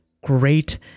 great